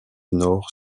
nord